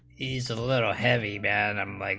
he's a little heavy pan am like